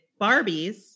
Barbies